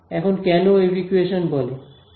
এখন কেন wave equation বলে